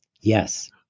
Yes